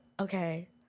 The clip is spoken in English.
Okay